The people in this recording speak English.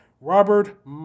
Robert